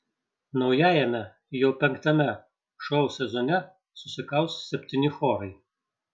naujajame jau penktame šou sezone susikaus septyni chorai